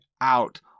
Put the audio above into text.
out